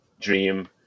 dream